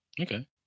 Okay